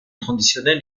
traditionnel